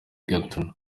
gatuna